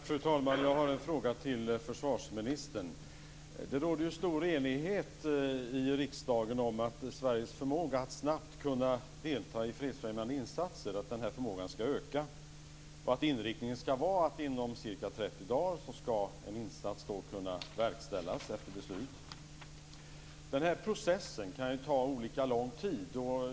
Fru talman! Jag har en fråga till försvarsministern. Det råder stor enighet i riksdagen om att Sveriges förmåga att snabbt kunna delta i fredsfrämjande insatser ska öka och att inriktningen ska vara att en insats ska kunna verkställas inom ca 30 dagar efter beslut. Den här processen kan ta olika lång tid.